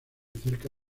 cerca